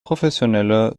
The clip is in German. professionelle